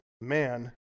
man